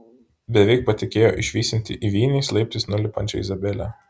beveik patikėjo išvysianti įvijiniais laiptais nulipančią izabelę